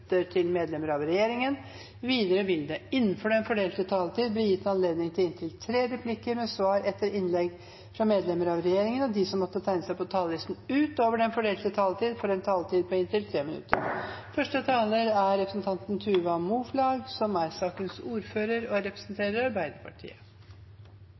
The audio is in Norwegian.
til medlemmer av regjeringen. Videre vil det – innenfor den fordelte taletid – bli gitt anledning til inntil seks replikker med svar etter innlegg fra medlemmer av regjeringen, og de som måtte tegne seg på talerlisten utover den fordelte taletid, får også en taletid på inntil